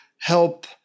help